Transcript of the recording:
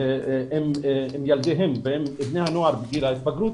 עם ילדיהם ועם בני הנוער בגיל ההתבגרות,